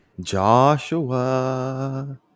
Joshua